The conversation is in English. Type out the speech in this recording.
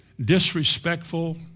disrespectful